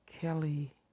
Kelly